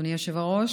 אדוני היושב-ראש,